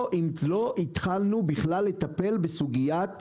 לא התחלנו בכלל לטפל בסוגיית